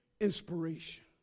inspiration